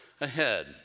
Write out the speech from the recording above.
ahead